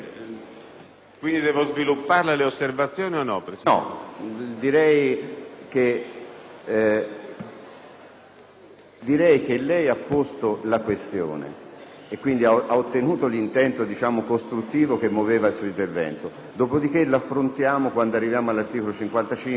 Quindi devo sviluppare le osservazioni o no?